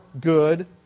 good